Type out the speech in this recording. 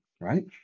right